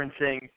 referencing